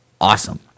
awesome